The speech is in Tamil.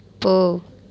போ